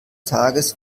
tages